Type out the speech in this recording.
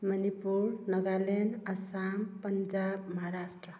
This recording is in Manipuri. ꯃꯅꯤꯄꯨꯔ ꯅꯥꯒꯥꯂꯦꯟ ꯑꯥꯁꯥꯝ ꯄꯟꯖꯥꯕ ꯃꯍꯥꯔꯥꯁꯇ꯭ꯔ